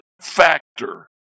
factor